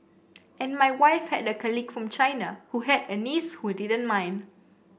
and my wife had a colleague from China who had a niece who didn't mind